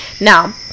Now